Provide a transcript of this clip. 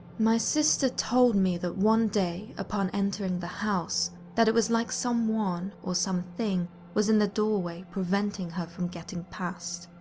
my sister told me that one day, upon entering the house, that it was like someone, or something, was in the doorway preventing her from getting past.